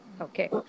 okay